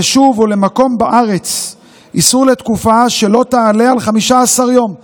ליישוב או למקום בארץ לתקופה שלא תעלה על 15 יום,